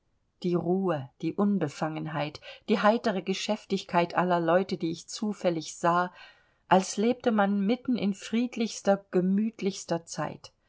die ruhe die unbefangenheit die heitere geschäftigkeit aller leute die ich zufällig sah als lebte man mitten in friedlichster gemütlichster zeit